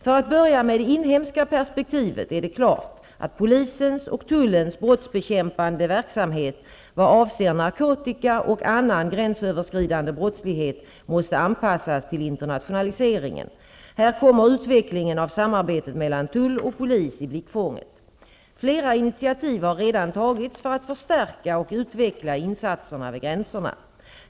För att börja med det inhemska perspektivet är det klart att polisens och tullens brottsbekämpande verksamhet vad avser narkotika och annan gränsöverskridande brottslighet måste anpassas till internationaliseringen. Här kommer utvecklingen av samarbetet mellan tull och polis i blickfånget. Flera initiativ har redan tagits för att förstärka och utveckla insatserna vid gränsen.